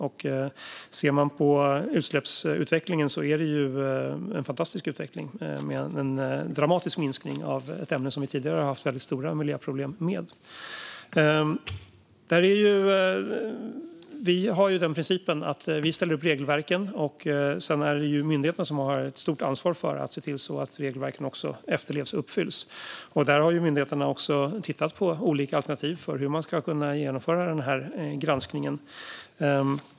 Tittar man på utsläppsutvecklingen ser man att den är fantastisk med en dramatisk minskning av ett ämne som vi tidigare har haft väldigt stora miljöproblem med. Vi har ju den principen att vi ställer upp regelverken, och sedan är det myndigheterna som har ett stort ansvar för att se till att regelverken också efterlevs och uppfylls. Här har myndigheterna tittat på olika alternativ för att kunna genomföra granskningen.